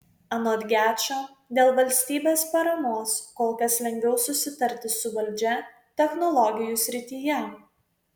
anot gečo dėl valstybės paramos kol kas lengviau susitarti su valdžia technologijų srityje